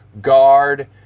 Guard